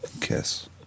Kiss